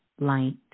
light